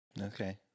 Okay